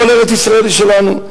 כל ארץ-ישראל היא שלנו,